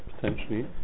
potentially